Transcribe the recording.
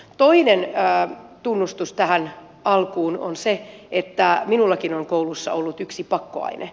toinen tunnustus tähän alkuun on se että minullakin on koulussa ollut yksi pakkoaine